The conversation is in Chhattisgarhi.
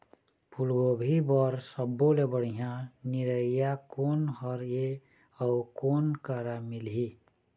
फूलगोभी बर सब्बो ले बढ़िया निरैया कोन हर ये अउ कोन करा मिलही?